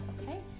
okay